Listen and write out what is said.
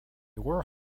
were